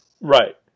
Right